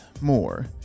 more